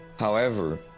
however,